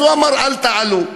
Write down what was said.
והוא אמר: אל תעלו.